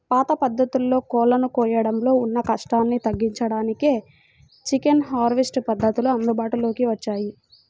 పాత పద్ధతుల్లో కోళ్ళను కోయడంలో ఉన్న కష్టాన్ని తగ్గించడానికే చికెన్ హార్వెస్ట్ పద్ధతులు అందుబాటులోకి వచ్చాయి